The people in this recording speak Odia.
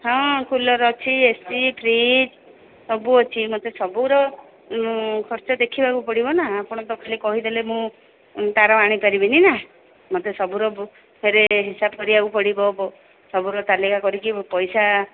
ହଁ କୁଲର୍ ଅଛି ଏସି ଫ୍ରିଜ୍ ସବୁ ଅଛି ମୋତେ ସବୁର ଖର୍ଚ୍ଚ ଦେଖିବାକୁ ପଡ଼ିବ ନା ଆପଣ ତ ଖାଲି କହିଦେଲେ ମୁଁ ତାର ଆଣି ପାରିବିନି ନା ମୋତେ ସବୁର ଫେରେ ହିସାବ କରିବାକୁ ପଡ଼ିବ ସବୁର ତାଲିକା କରି ପଇସା